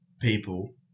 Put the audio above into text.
people